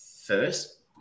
first